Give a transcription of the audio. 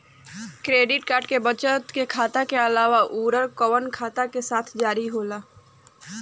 Debit card बचत खाता के अलावा अउरकवन खाता के साथ जारी होला?